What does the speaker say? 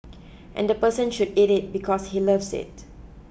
and the person should eat it because he loves it